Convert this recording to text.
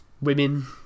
women